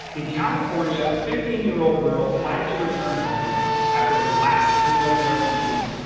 in california, a fifteen-year-old girl finally returned home after her last chemotherapy treatment.